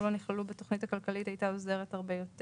צעירים וצעירות.